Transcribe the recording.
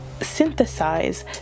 synthesize